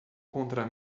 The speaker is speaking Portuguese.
contra